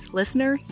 listener